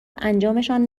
انجامشان